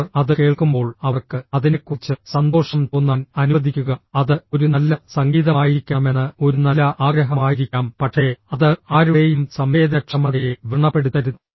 അവർ അത് കേൾക്കുമ്പോൾ അവർക്ക് അതിനെക്കുറിച്ച് സന്തോഷം തോന്നാൻ അനുവദിക്കുക അത് ഒരു നല്ല സംഗീതമായിരിക്കണമെന്ന് ഒരു നല്ല ആഗ്രഹമായിരിക്കാം പക്ഷേ അത് ആരുടെയും സംവേദനക്ഷമതയെ വ്രണപ്പെടുത്തരുത്